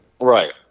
Right